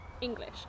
English